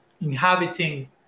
inhabiting